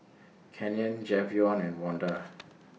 Canyon Jayvon and Vonda